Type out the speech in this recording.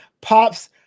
Pop's